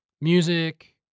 music